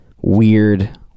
weird